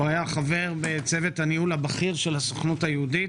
הוא היה חבר בצוות הניהול הבכיר של הסוכנות היהודית,